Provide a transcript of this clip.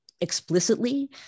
explicitly